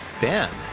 Ben